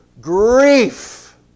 grief